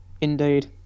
Indeed